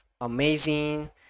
amazing